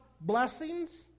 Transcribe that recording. blessings